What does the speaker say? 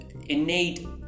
innate